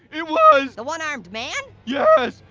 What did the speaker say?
it was the one-armed man? yes,